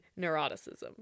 neuroticism